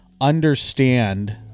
understand